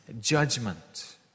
judgment